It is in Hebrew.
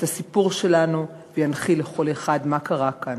הסיפור שלנו וינחיל לכל אחד מה קרה כאן.